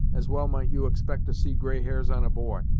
as well might you expect to see gray hairs on a boy,